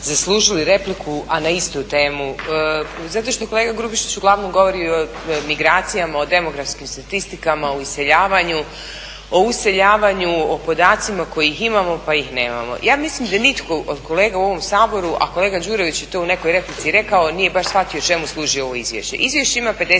zaslužili repliku, a na istu temu zato što kolega Grubišić uglavnom govori o migracijama, o demografskim statistikama, o iseljavanju, o useljavanju, o podacima koje imamo pa ih nemamo. Ja mislim da nitko od kolega u ovom Saboru, a kolega Đurović je to u nekoj replici rekao, nije baš shvatio čemu služi ovo izvješće.